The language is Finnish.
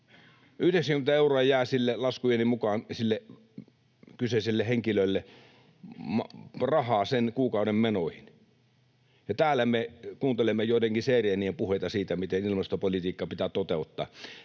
90 euroa jää laskujeni mukaan sille kyseiselle henkilölle rahaa sen kuukauden menoihin. Ja täällä me kuuntelemme joidenkin seireenien puheita siitä, miten ilmastopolitiikka pitää toteuttaa.